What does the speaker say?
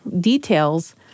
details